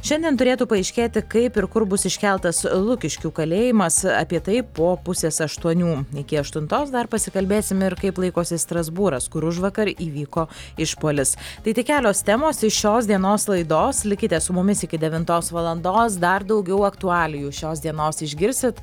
šiandien turėtų paaiškėti kaip ir kur bus iškeltas lukiškių kalėjimas apie tai po pusės aštuonių iki aštuntos dar pasikalbėsim ir kaip laikosi strasbūras kur užvakar įvyko išpuolis tai tik kelios temos iš šios dienos laidos likite su mumis iki devintos valandos dar daugiau aktualijų šios dienos išgirsit